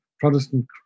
Protestant